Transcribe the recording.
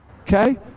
okay